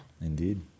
Indeed